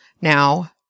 Now